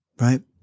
right